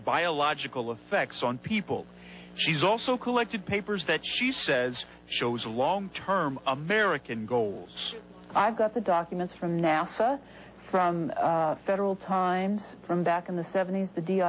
biological effects on people she's also collected papers that she says shows long term american goals i've got the documents from nasa from federal times from back in the seventies